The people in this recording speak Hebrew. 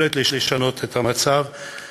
אין שום יכולת לשנות את המצב המהותי.